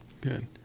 good